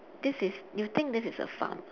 this is you think this is a farm